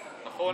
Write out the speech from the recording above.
נכון?